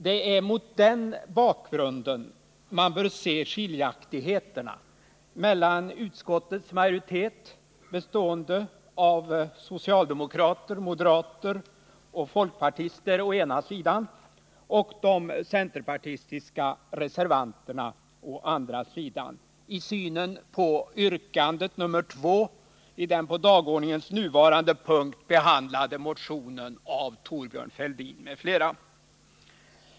Det är mot denna bakgrund man bör se skiljaktigheterna mellan utskottets majoritet, bestående av socialdemokrater, moderater och folkpartister, å ena sidan och de centerpartistiska reservanterna å andra sidan i synen på yrkande 2 i den motion av Thorbjörn Fälldin m.fl. som behandlas i det betänkande vi nu diskuterar.